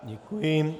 Děkuji.